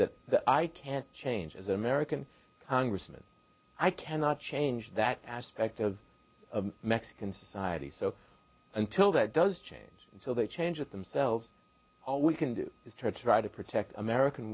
that i can't change as an american congressman i cannot change that aspect of mexican society so until that does change until they change it themselves all we can do is to try to protect american